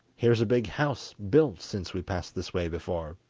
here's a big house built since we passed this way before